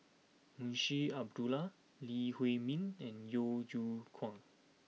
Munshi Abdullah Lee Huei Min and Yeo Yeow Kwang